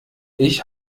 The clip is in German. ich